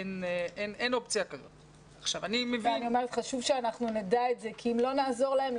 אין אופציה כזאת -- ואני אומרת שחשוב שאנחנו נדע כי אם לא נעזור להם,